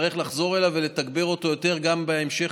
שנצטרך לחזור אליו ולתגבר אותו יותר גם בהמשך,